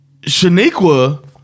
Shaniqua